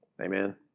Amen